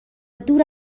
دور